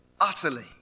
utterly